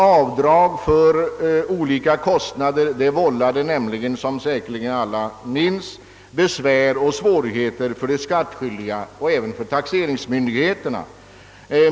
avdrag för olika kostnader vållade nämligen, som säkerligen alla minns, besvär och svårigheter såväl för de skattskyldiga som för taxeringsmyndigheterna.